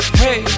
hey